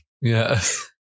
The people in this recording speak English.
Yes